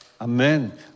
Amen